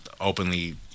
openly